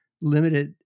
limited